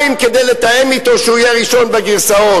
כדי לתאם אתו שהוא יהיה ראשון בגרסאות.